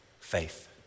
Faith